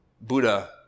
Buddha